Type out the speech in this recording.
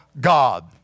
God